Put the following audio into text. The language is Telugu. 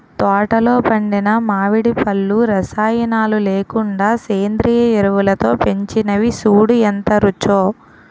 తోటలో పండిన మావిడి పళ్ళు రసాయనాలు లేకుండా సేంద్రియ ఎరువులతో పెంచినవి సూడూ ఎంత రుచో